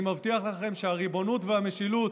אני מבטיח לכם שהריבונות והמשילות